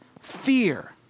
fear